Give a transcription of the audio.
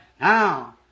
Now